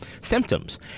symptoms